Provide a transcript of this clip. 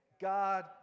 God